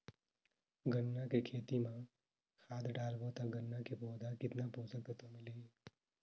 गन्ना के खेती मां खाद डालबो ता गन्ना के पौधा कितन पोषक तत्व मिलही?